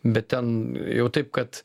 bet ten jau taip kad